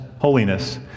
holiness